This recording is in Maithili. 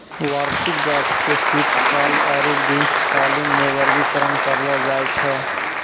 वार्षिक गाछ के शीतकाल आरु ग्रीष्मकालीन मे वर्गीकरण करलो जाय छै